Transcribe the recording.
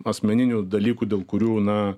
asmeninių dalykų dėl kurių na